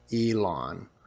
Elon